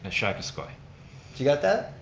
schachowskoj. do you got that?